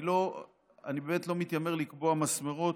אני באמת לא מתיימר לקבוע מסמרות,